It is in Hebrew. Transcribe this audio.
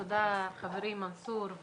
תודה, חברי מנסור.